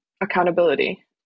accountability